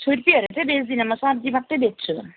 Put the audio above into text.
छुर्पीहरू चाहिँ बेच्दिनँ म सब्जीहरू मात्रै बेच्छु